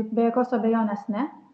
be jokios abejonės ne